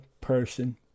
person